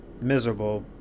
miserable